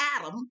Adam